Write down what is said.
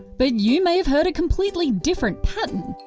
but you may have heard a completely different pattern.